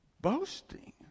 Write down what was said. boasting